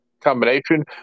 combination